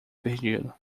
perdido